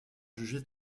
jugé